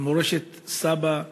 על מורשת סבא.